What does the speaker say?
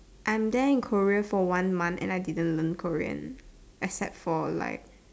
I'm there in Korea for one month and I didn't learn Korean except for like